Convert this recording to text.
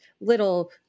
little